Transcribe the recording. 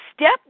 step